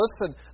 listen